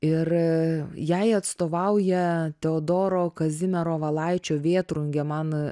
ir jai atstovauja teodoro kazimiero valaičio vėtrungė man